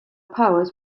powers